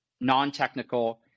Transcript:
non-technical